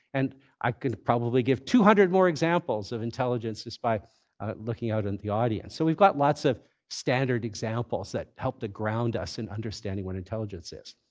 and i can probably give two hundred more examples of intelligence just by looking out into the audience. so we've got lots of standard examples that help to ground us in understanding what intelligence is.